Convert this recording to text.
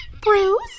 Bruce